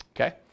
okay